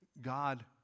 God